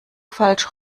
falsch